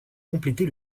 compléter